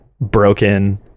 broken